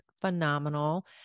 phenomenal